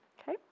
Okay